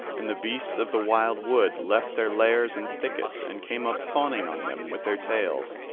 and the beasts of the wild wood left their lairs and thickets and came up fawning on them with their tails.